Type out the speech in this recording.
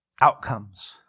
outcomes